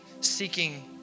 seeking